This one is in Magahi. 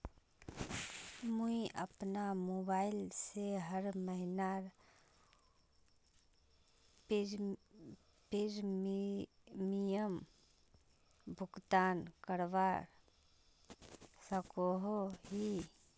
मुई अपना मोबाईल से हर महीनार प्रीमियम भुगतान करवा सकोहो ही?